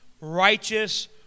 righteous